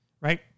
right